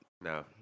No